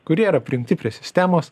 kurie yra prijungti prie sistemos